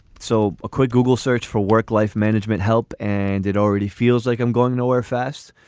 so a quick google search for work life management help. and it already feels like i'm going nowhere fast.